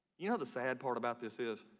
you know the sad part about this is?